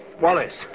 Wallace